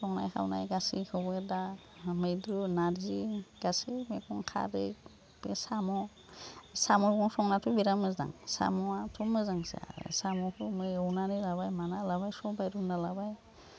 संनाय खावनाय गासैखौबो दा मैद्रु नारजि गासै मैगं खारै साम' साम'खौ संनाथ' बिराद मोजां साम'आथ' मोजांसो आरो साम'खौ एवनानै लाबाय माना लाबाय सबाइ रुना लाबाय